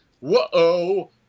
Whoa